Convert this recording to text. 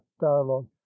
dialogue